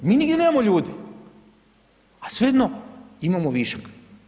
Mi nigdje nemamo ljudi, a svejedno imamo višak.